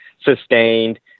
sustained